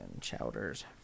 chowders